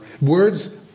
words